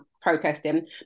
protesting